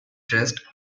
dressed